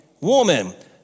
woman